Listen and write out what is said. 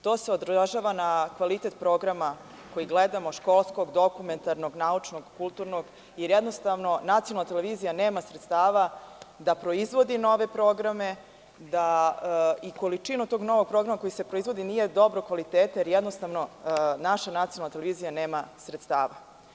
To se odražava na kvalitet programa koji gledamo, školskog, dokumentarnog, naučnog, kulturnog, jer nacionalna televizija nema sredstava da proizvodi nove programe i količina tog novog programa koji se proizvodi nije dobrog kvaliteta, jer naša nacionalna televizija nema sredstava.